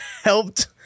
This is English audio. helped